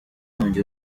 nkongi